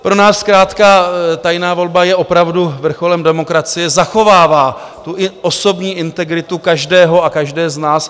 Pro nás zkrátka tajná volba je opravdu vrcholem demokracie, zachovává tu i osobní integritu každého a každé z nás.